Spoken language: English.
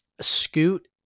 Scoot